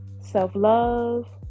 self-love